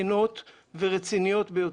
כנות ורציניות ביותר.